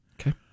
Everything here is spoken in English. Okay